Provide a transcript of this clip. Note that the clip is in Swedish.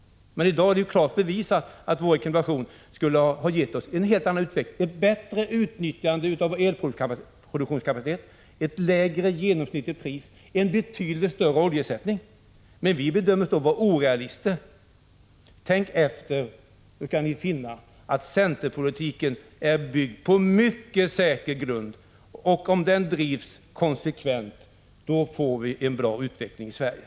I dag är det klart bevisat att vår rekommendation hade gett en helt annan utveckling, nämligen ett bättre utnyttjande av elproduktionskapaciteten, ett lägre genomsnittligt pris och en betydligt större oljeersättning. Men vi bedömdes då vara orealistiska. Tänk efter, så skall ni finna att centerpolitiken är byggd på mycket säker grund, och om den drivs konsekvent får vi en bra utveckling i Sverige.